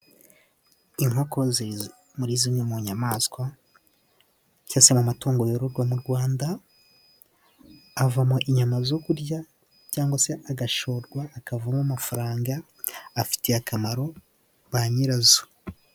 Inkoko ziri muri zimwe mu nyamaswa, cyangwa se mu matungo yororwa mu Rwanda avamo inyama zo kurya, cyangwa se agashorwa, akavamo amafaranga afitiye akamaro ba nyirazo.